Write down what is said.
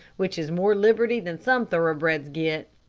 which is more liberty than some thoroughbreds get.